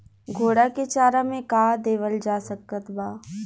घोड़ा के चारा मे का देवल जा सकत बा?